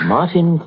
Martin